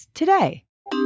today